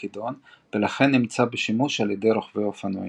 הכידון ולכן נמצא בשימוש על ידי רוכבי אופנועים.